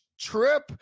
trip